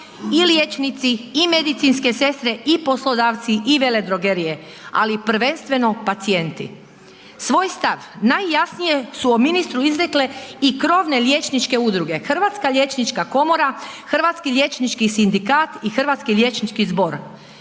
i liječnici i medicinske sestre i poslodavci i veledrogerije ali prvenstveno pacijenti. Svoj stav najjasnije su o ministru izrekle i krovne liječnike udruge, Hrvatska liječnička komora, Hrvatski liječnički sindikat i Hrvatski liječnički zbor.